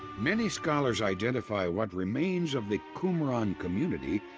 many scholars identify what remains of the qumran community.